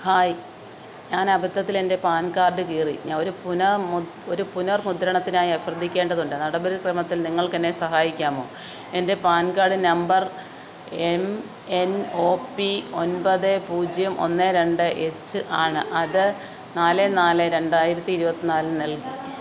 hi ഞാൻ അബദ്ധത്തിൽ എൻ്റെ പാൻ കാർഡ് കീറി ഒരു പുനർ മുദ്രണത്തിനായി അഭ്യർത്ഥിക്കേണ്ടതുണ്ട് നടപടിക്രമത്തിൽ നിങ്ങൾക്ക് എന്നെ സഹായിക്കാമോ എൻ്റെ PAN card number M N O P ഒൻപത് പൂജ്യം ഒന്ന് രണ്ട് എച്ച് ആണ് അത് നാല് നാല് രണ്ടായിരത്തി ഇരുപത്തി നാലിന് നൽകി